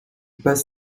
passe